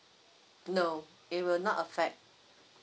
no it will not affect